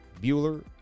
Bueller